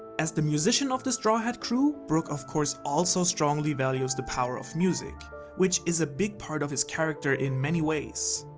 as the musician of the straw-hat crew, brook of course also strongly values the power of music which is a big part of his character in many ways.